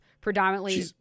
predominantly